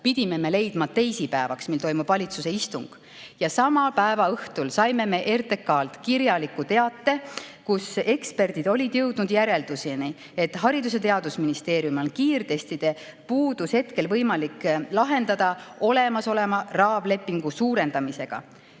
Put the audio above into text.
pidime leidma teisipäevaks, mil toimub valitsuse istung. Ja sama päeva õhtul saime RTK-lt kirjaliku teate, kus eksperdid olid jõudnud järelduseni, et Haridus‑ ja Teadusministeeriumil on kiirtestide puudus hetkel võimalik lahendada olemasoleva raamlepingu suurendamisega.